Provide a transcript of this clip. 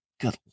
good